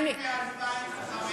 עודפים מ-2015.